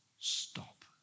stop